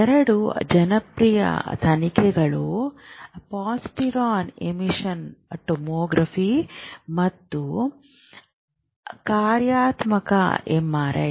ಎರಡು ಜನಪ್ರಿಯ ತನಿಖೆಗಳು ಪಾಸಿಟ್ರಾನ್ ಎಮಿಷನ್ ಟೊಮೊಗ್ರಫಿ ಮತ್ತು ಕ್ರಿಯಾತ್ಮಕ ಎಂಆರ್ಐ